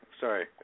sorry